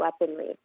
weaponry